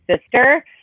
sister